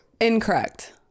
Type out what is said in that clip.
Incorrect